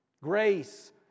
Grace